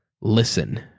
listen